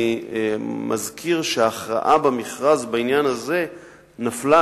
אני מזכיר שהכרעה במכרז בעניין הזה נפלה,